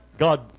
God